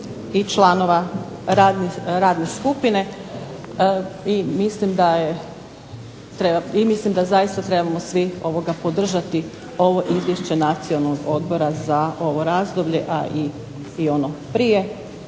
i članova radne skupine i mislim da zaista trebamo svi podržati ovo izvješće Nacionalnog odbora za ovo razdoblje, a i ono prije